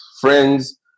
friends